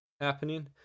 happening